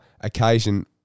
occasion